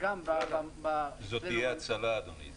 זו תהיה הצלה, אדוני.